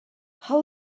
how